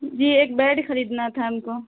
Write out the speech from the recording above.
جی ایک بیڈ خریدنا تھا ہم کو